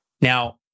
Now